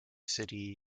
city